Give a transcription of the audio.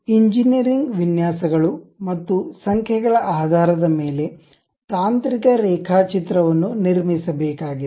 engineering ವಿನ್ಯಾಸಗಳು ಮತ್ತು ಸಂಖ್ಯೆಗಳ ಆಧಾರದ ಮೇಲೆ ತಾಂತ್ರಿಕ ರೇಖಾಚಿತ್ರವನ್ನು ನಿರ್ಮಿಸಬೇಕಾಗಿದೆ